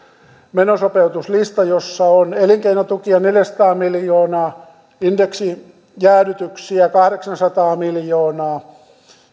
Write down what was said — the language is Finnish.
menosopeutuslista jossa on elinkeinotukia neljäsataa miljoonaa indeksijäädytyksiä kahdeksansataa miljoonaa